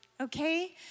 Okay